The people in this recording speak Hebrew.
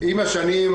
עם השנים,